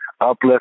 uplift